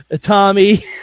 Tommy